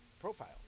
profile